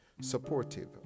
supportive